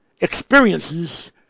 experiences